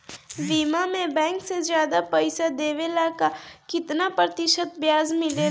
बीमा में बैंक से ज्यादा पइसा देवेला का कितना प्रतिशत ब्याज मिलेला?